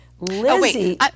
Lizzie